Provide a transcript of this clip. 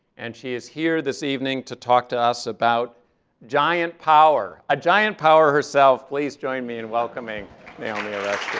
and she is here this evening to talk to us about giant power. a giant power herself, please join me in welcoming naomi oreskes.